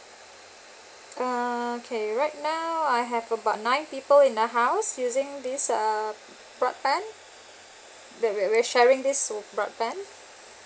okay right now I have about nine people in the house using this err broadband that we we're sharing this broadband